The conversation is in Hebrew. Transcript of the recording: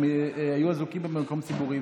הם היו אזוקים במקום ציבורי.